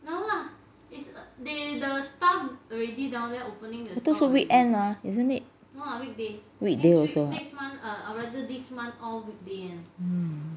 I thought 是 weekend mah isn't it weekday also ah mm